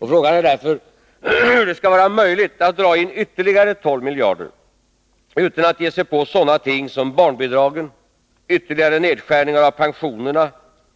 Hur skall det vara möjligt att dra in ytterligare 12 miljarder utan att ge sig på sådana ting som barnbidragen, ytterligare nedskärningar av pensionerna